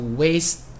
waste